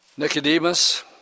Nicodemus